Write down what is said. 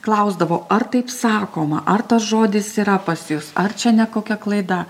klausdavo ar taip sakoma ar tas žodis yra pas jus ar čia ne kokia klaida